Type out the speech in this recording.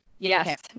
Yes